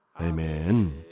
Amen